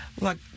Look